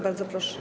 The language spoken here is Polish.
Bardzo proszę.